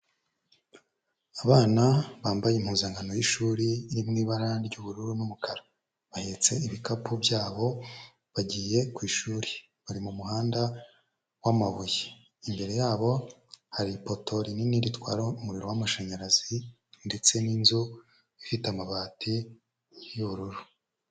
Abana bambaye impuzankano y'ishuri iri mu ibara ry'ubururu n'umukara, bahetse ibikapu byabo bagiye ku ishuri, bari mu muhanda w'amabuye, imbere yabo hari ipoto rinini ritwara umuriro w'amashanyarazi ndetse n'inzu ifite amabati y'ubururu.